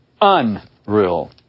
unreal